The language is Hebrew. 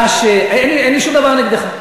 אין לי שום דבר נגדך.